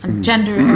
gender